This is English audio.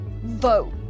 vote